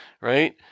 right